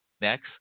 Next